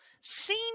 seem